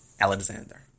Alexander